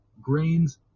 grains